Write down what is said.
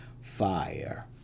fire